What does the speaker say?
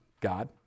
God